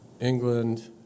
England